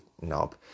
knob